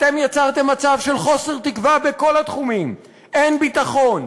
אתם יצרתם מצב של חוסר תקווה בכל התחומים: אין ביטחון,